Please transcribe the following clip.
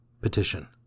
Petition